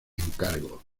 encargo